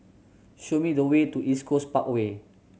show me the way to East Coast Parkway